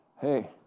Hey